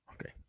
Okay